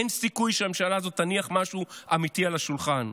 אין סיכוי שהממשלה הזאת תניח משהו אמיתי על השולחן.